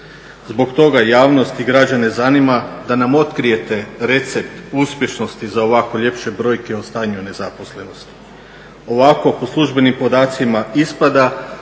Zbog toga javnost i građane zanima da nam otkrijete recept uspješnosti za ovako ljepše brojke o stanju nezaposlenosti. Ovako, po službenim podacima, ispada